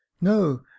no